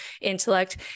intellect